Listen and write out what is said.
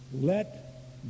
Let